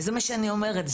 וזה מה שאני אומרת,